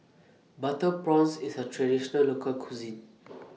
Butter Prawns IS A Traditional Local Cuisine